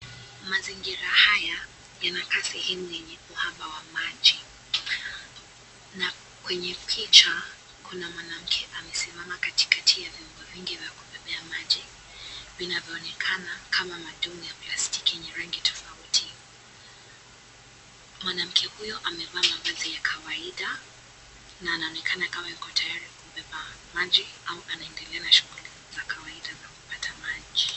Mazingira haya inakaa sehemu yenye uhaba wa maji na kwenye picha, kuna mwanamke amesimama kati kati ya vyombo vingi vya kubebea maji vinavyoonekana kama matungi ya plastiki yenye rangi tofauti. Mwanamke huyo amevaa mavazi ya kawaida na anaonekana kama yuko tayari kubeba maji au anaendelea na shughuli za kawaida za kupata maji.